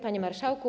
Panie Marszałku!